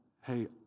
hey